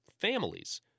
Families